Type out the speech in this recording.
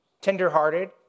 tenderhearted